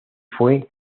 fue